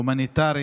הומניטרי